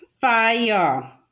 fire